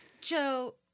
Joe